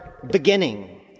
beginning